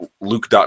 Luke